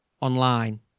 online